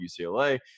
UCLA